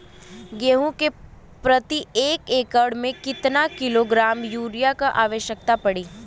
गेहूँ के प्रति एक एकड़ में कितना किलोग्राम युरिया क आवश्यकता पड़ी?